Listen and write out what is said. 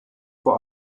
vor